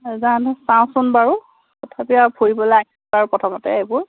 জানো চাওঁচোন বাৰু তথাপি আৰু ফুৰিবলৈ আহি বাৰু প্ৰথমতে এইবোৰ